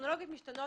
הטכנולוגיות משתנות